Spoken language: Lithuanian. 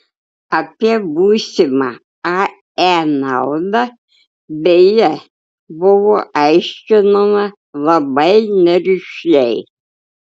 apie būsimą ae naudą beje buvo aiškinama labai nerišliai